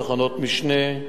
תחנות משנה,